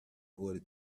order